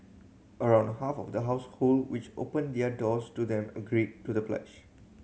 around half of the household which opened their doors to them agreed to the pledge